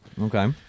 Okay